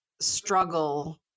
struggle